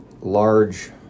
large